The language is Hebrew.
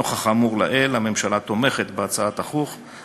נוכח האמור לעיל, הממשלה תומכת בהצעת החוק,